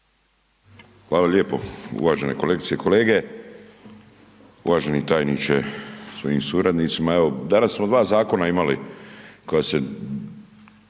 Hvala lijepo. Uvažene kolegice i kolege, uvaženi tajniče sa svojim suradnicima. Evo danas smo dva Zakona imali koja se